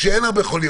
כשאין הרבה חולים,